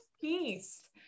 peace